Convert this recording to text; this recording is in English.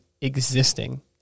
existing